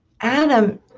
Adam